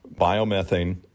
biomethane